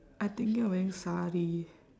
I thinking of wearing sari